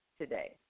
today